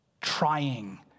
trying